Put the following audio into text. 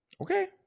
Okay